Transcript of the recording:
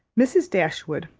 mrs. dashwood,